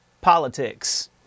politics